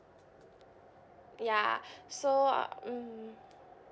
ya so mm